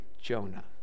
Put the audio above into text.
Jonah